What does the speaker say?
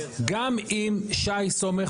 גם אם שי סומך,